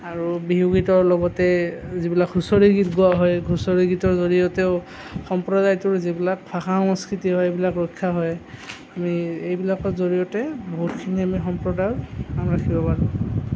আৰু বিহু গীতৰ লগতে যিবিলাক হুচৰি গীত গোৱা হয় হুচৰি গীতৰ জৰিয়তেও সম্প্ৰদায়টোৰ যিবিলাক ভাষা সংস্কৃতি হয় সেইবিলাক ৰক্ষা হয় আমি এইবিলাকৰ জড়িয়তে বহুতখিনি আমি সম্প্ৰদায়ৰ নাম ৰাখিব পাৰোঁ